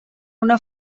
una